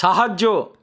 সাহায্য